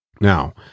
Now